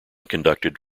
conducted